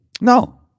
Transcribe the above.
No